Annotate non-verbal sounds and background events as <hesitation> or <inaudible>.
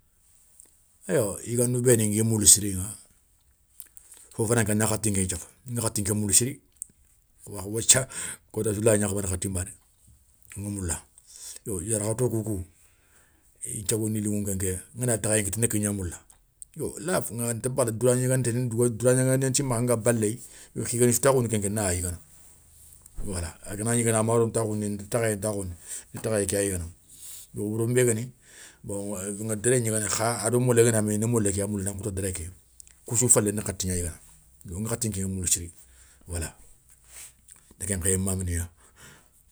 Yo yigandou bénou ngui moula siriŋa fo fana ké na khati léy ta ŋi khati moula siri, o wa wathia kotassou lay gnakhamana khati nbané, ŋa moula. Yo yarakhato koukou, nthiogo ndi liŋou nké ngana takhayé kitta na kégna moula, yo la fo gnana départ <hesitation> droit gnigandé nti makha nga baléye, yo khi gani sou takhoundi kénké na yigana. wala a ganagni i gana maro ntakhoundi i da takhayé ntakhoundi ni takhayé ké ya yigana, bon wouro nbé guéni ŋa déré gnigana kha, a do molen gana mé gni ni moulé gna moula na nkhoto déré ké kou sou falé ni khati gna yigana. yo ŋa khati nké moula siri wala ndi ken nkhéyé mama niya.